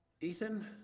Ethan